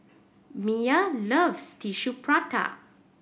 Miya loves Tissue Prata